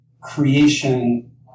creation